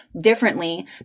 differently